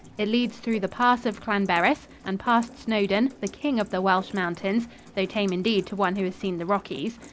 it leads through the pass of llanberis and past snowdon, the king of the welsh mountains though tame indeed to one who has seen the rockies.